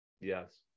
Yes